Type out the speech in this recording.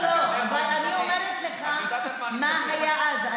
לא לא לא, אני אומרת לך מה היה אז.